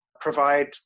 provide